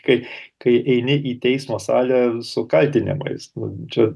kai kai eini į teismo salę su kaltinimais nu čia